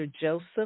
Joseph